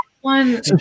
one